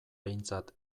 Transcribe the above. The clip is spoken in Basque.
behintzat